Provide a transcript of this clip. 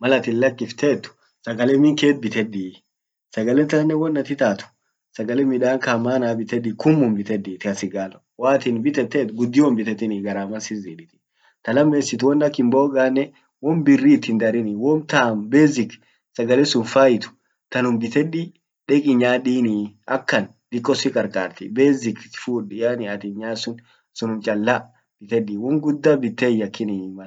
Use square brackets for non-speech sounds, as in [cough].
malatin lakiftet sagale minket biteddi. sagale tannen won at itaat sagale midan ka mana biteddi kummum biteddi ka [unintelligible] woatin bitetot gudio hin bitetinii garaman sit ziditi ta lamesit wonak hinboganen won birri itin darinii wom tan basic sagale sun fait tanum biteddi deqi nyaadini akan diqo si qar qarti basic fuud yani atin nyat sun sunum challa biteddi won gudda bitte hin yakinii mal.